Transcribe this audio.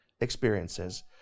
experiences